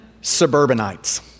suburbanites